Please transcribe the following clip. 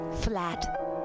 Flat